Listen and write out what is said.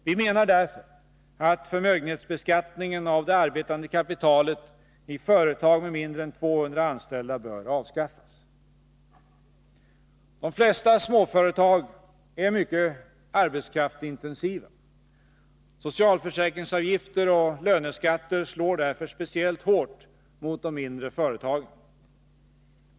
Vi menar därför att förmögenhetsbeskattningen av det arbetande kapitalet i företag med mindre än 200 anställda bör avskaffas. De flesta småföretag är mycket arbetskraftsintensiva. Socialförsäkringsavgifter och löneskatter slår för den skull speciellt hårt mot de mindre företagen.